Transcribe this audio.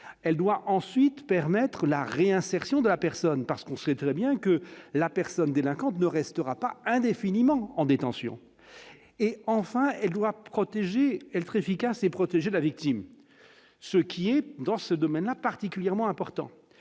elle doit ensuite permettre la réinsertion de la personne parce qu'on sait très bien que la personne délinquante ne restera pas indéfiniment en détention et enfin doit protéger elle très FICA, c'est protéger la victime, ce qui est dans ce domaine-là particulièrement important